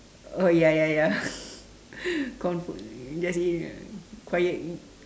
uh ya ya ya comfort food just eat right quiet